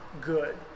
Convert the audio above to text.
good